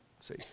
see